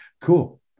Cool